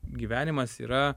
gyvenimas yra